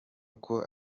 ariko